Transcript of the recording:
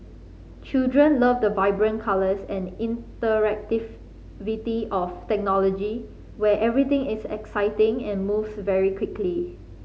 children love the vibrant colours and interactivity of technology where everything is exciting and moves very quickly